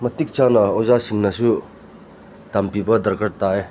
ꯃꯇꯤꯛ ꯆꯥꯅ ꯑꯣꯖꯥꯁꯤꯡꯅꯁꯨ ꯇꯝꯕꯤꯕ ꯗꯔꯀꯥꯔ ꯇꯥꯏ